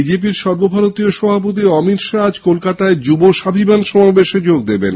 বিজেপির সর্ব ভারতীয় সভাপতি অমিত শাহ আজ কলকাতায় যুব স্বাভিমান সমাবেশে যোগ দেবেন